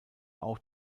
auch